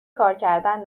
کارکردن